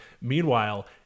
Meanwhile